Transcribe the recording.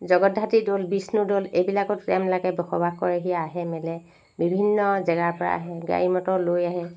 জগতধাত্ৰী দ'ল বিষ্ণুদ'ল এইবিলাকত তেওঁবিলাকে বসবাস কৰেহি আহে মেলে বিভিন্ন জেগাৰপৰা আহে গাড়ী মটৰ লৈ আহে